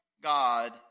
God